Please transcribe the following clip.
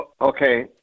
Okay